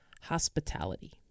hospitality